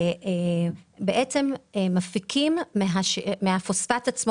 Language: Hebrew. מפיקים מהפוספט עצמו